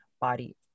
body